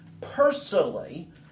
personally